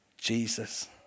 Jesus